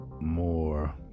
more